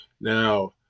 Now